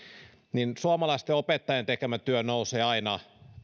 suomalaisten opettajien tekemä työ nousee aina